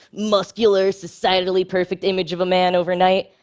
muscular, societally perfect image of a man overnight,